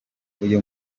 uyu